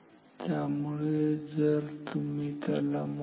त्यामुळे जर तुम्ही त्याला मोजले